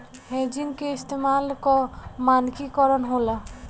hedging के इस्तमाल के मानकी करण होला